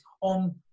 on